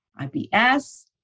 IBS